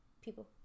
People